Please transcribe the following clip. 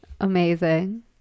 amazing